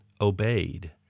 obeyed